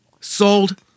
Sold